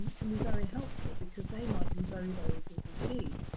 can be very helpful because they might be very, very good indeed.